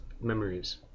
memories